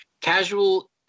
Casual